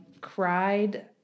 cried